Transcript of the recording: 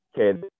okay